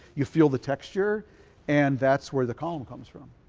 you feel the texture and that's where the column comes from.